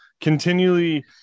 continually